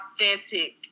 authentic